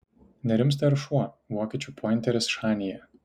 nerimsta ir šuo vokiečių pointeris šanyje